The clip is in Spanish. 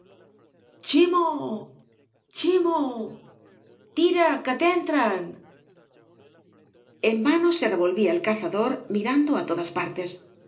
chimo chimo tira que t'entrenl eü vano se revolvía el cazador mirando á todas partea